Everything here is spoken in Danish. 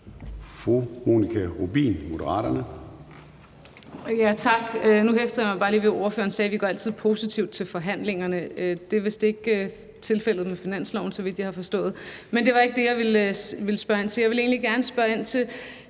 Monika Rubin (M): Tak. Nu hæftede jeg mig bare lige ved, at ordføreren sagde, at man altid går positivt til forhandlingerne. Det er vist ikke tilfældet med finansloven, så vidt jeg har forstået. Men det var ikke det, jeg ville spørge ind til. Jeg vil egentlig gerne spørge ind til